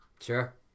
Sure